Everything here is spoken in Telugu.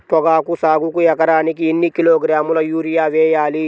పొగాకు సాగుకు ఎకరానికి ఎన్ని కిలోగ్రాముల యూరియా వేయాలి?